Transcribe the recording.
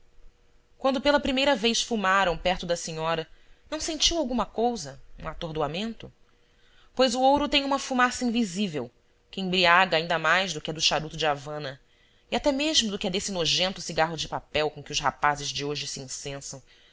quando pela primeira vez fumaram perto da senhora não sentiu alguma cousa um atordoamento pois o ouro tem uma fumaça invisível que embriaga ainda mais do que a do charuto de havana e até mesmo do que a desse nojento cigarro de papel com que os rapazes de hoje se incensam